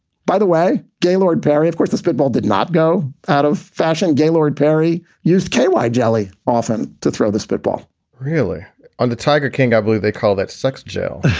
by the way, gaylord perry, of course, this spitball did not go out of fashion. gaylord perry used k y jelly often to throw the spitball really on the tiger king i believe they call that sex, joe